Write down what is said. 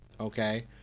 okay